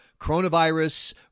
coronavirus